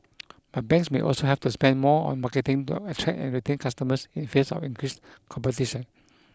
but banks may also have to spend more on marketing to attract and retain customers in face of increased competition